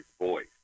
voice